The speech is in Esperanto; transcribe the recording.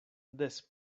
des